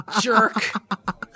jerk